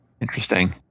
Interesting